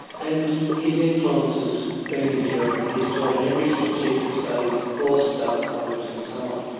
and his influence has been enduring. he's taught in every strategic studies course, staff college and so on.